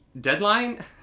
deadline